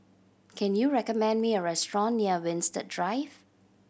can you recommend me a restaurant near Winstedt Drive